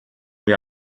wir